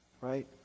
right